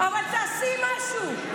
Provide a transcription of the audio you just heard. אבל תעשי משהו.